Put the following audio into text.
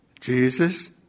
Jesus